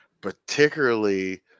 particularly